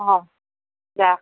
অঁ দিয়া